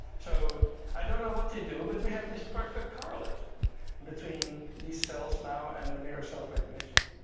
so i don't know what they do, but we have this perfect correlate between these cells now and the mirror self-recognition.